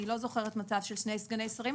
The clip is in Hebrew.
אני לא זוכרת מצב של שני סגני שרים,